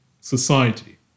society